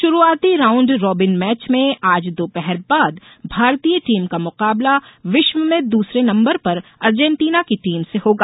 शुरूआती round robin match में आज दोपहर बाद भारतीय टीम का मुकाबला विश्व में दूसरे नम्बर पर अर्जेंटीना की टीम से होगा